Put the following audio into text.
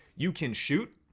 you can shoot,